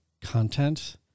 content